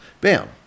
bam